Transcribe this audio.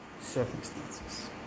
circumstances